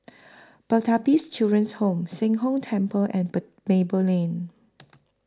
Pertapis Children's Home Sheng Hong Temple and Per Maple Lane